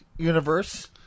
Universe